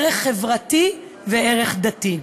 ערך חברתי וערך דתי.